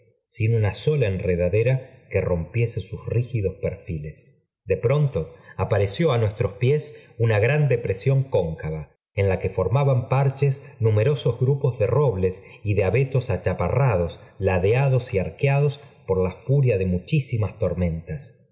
sm una sola enredadera que rompiese sus rígidos perfiles de pronto apareció á nuestros pies una gran depresión cóncava en la que formaban parches numerosos grupos de robles y de abetos achaparrado ladeados y arqueados por la furia de muchísimas tormentas